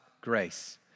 grace